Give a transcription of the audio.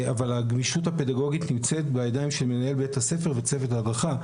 אבל הגמישות הפדגוגית נמצאת בידיים שמנהל בית הספר וצוות ההדרכה,